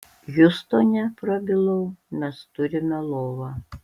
hjustone prabilau mes turime lovą